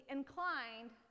inclined